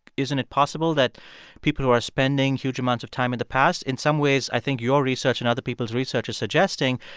isn't it possible that people who are spending huge amounts of time in the past in some ways, i think your research and other people's research is suggesting.